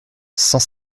cent